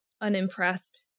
unimpressed